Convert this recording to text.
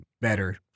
better